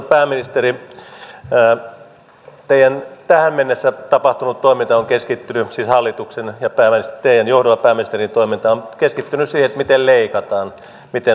arvoisa pääministeri teidän tähän mennessä tapahtunut toimintanne siis teidän johdollanne tapahtunut hallituksen ja pääministerin toiminta on keskittynyt siihen miten leikataan miten sopeutetaan